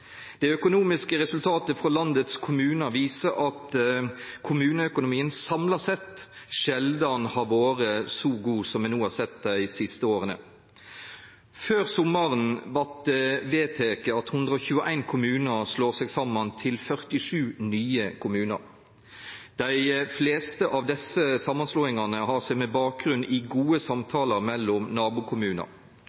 Det økonomiske resultatet frå landets kommunar viser at kommuneøkonomien samla sett sjeldan har vore så god som me har sett dei siste åra. Før sommaren vart det vedteke at 121 kommunar slår seg saman til 47 nye kommunar. Dei fleste av desse samanslåingane har bakgrunn i gode